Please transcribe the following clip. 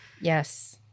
yes